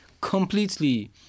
completely